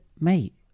mate